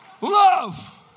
Love